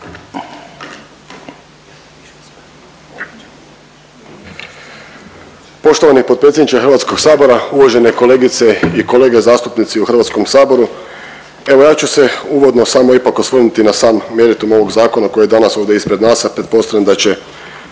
Poštovani potpredsjedniče HS-a, uvažene kolegice i kolege zastupnici u HS-u. Evo ja ću se uvodno samo ipak osvrnuti na sam meritum ovog zakona koji je danas ovdje ispred nas, a pretpostavio sam da će,